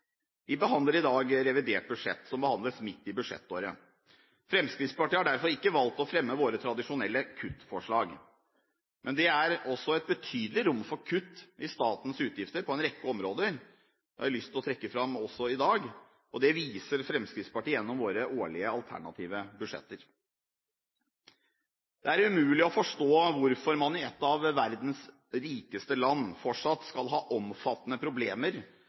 Vi behandler i dag revidert budsjett, som behandles midt i budsjettåret. Fremskrittspartiet har derfor ikke valgt å fremme sine tradisjonelle kuttforslag. Men det er også et betydelig rom for kutt i statens utgifter på en rekke områder – det har jeg lyst til å trekke fram også i dag – og det viser Fremskrittspartiet gjennom sine årlige alternative budsjetter. Det er umulig å forstå hvorfor man i et av verdens rikeste land fortsatt skal ha omfattende problemer